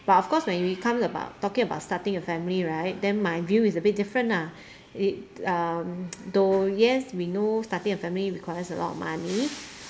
but of course when we come about talking about starting a family right then my view is a bit different lah it um though yes we know starting a family requires a lot of money